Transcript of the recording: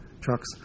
trucks